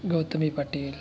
Gautami Patil